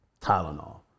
Tylenol